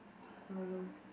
I'm alone